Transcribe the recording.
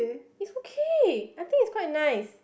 it's okay I think it's quite nice